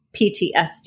PTSD